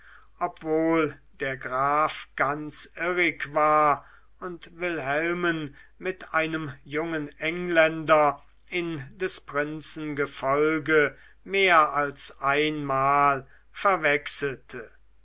obgleich der graf ganz irrig war und wilhelmen mit einem jungen engländer in des prinzen gefolge mehr als einmal verwechselte